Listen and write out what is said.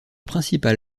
principal